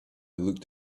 looked